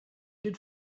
did